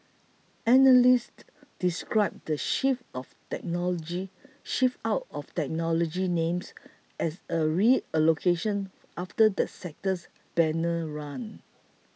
analysts described the shift of technology shift out of technology names as a reallocation after the sector's banner run